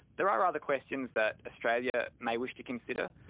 there are other questions that australia may wish to consider.